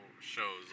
shows